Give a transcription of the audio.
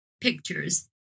pictures